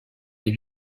les